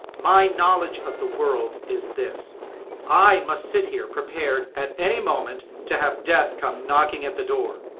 my knowledge of the world is this i must sit here prepared at any moment to have death come knocking at the door.